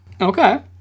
Okay